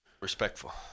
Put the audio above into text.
Respectful